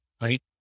right